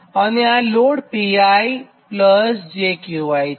અને આ load PRjQR છે